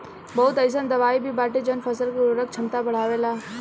बहुत अईसन दवाई भी बाटे जवन फसल के उर्वरक क्षमता बढ़ावेला